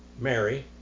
Mary